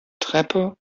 treppe